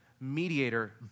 mediator